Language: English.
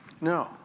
No